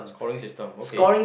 scoring system okay